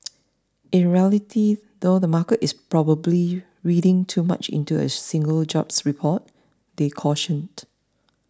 in reality though the market is probably reading too much into a single jobs report they cautioned